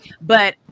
But-